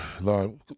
lord